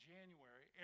January